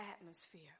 atmosphere